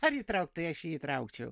ar įtraukt tai aš jį įtraukčiau